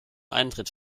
eintritt